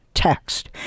text